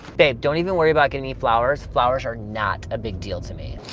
babe, don't even worry about getting me flowers. flowers are not a big deal to me.